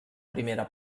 primera